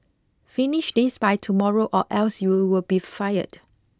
finish this by tomorrow or else you'll be fired